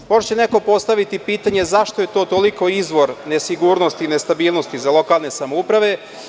Možda će neko postaviti pitanje - zašto je to toliko izvor nesigurnosti i nestabilnosti za lokalne samouprave?